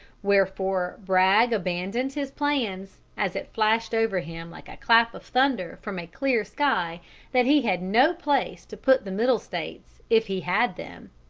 wherefore bragg abandoned his plans, as it flashed over him like a clap of thunder from a clear sky that he had no place to put the middle states if he had them.